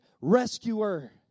rescuer